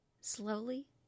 slowly